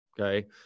okay